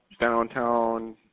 downtown